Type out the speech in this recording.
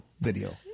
video